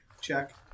check